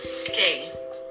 okay